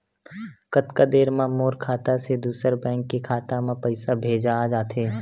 कतका देर मा मोर खाता से दूसरा बैंक के खाता मा पईसा भेजा जाथे?